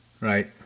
Right